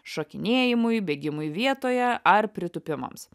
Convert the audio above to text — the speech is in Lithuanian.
šokinėjimui bėgimui vietoje ar pritūpimams